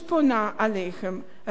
רבותי חברי הכנסת,